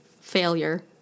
failure